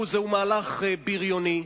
זהו מהלך בריוני,